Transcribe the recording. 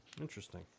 Interesting